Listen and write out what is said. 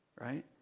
Right